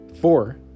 Four